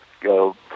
go